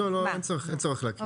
אין צורך להקריא.